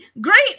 great